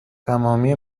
تمامی